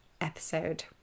episode